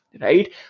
right